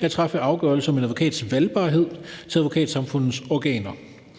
at træffe afgørelse om en advokats valgbarhed til Advokatsamfundets organer.